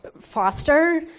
foster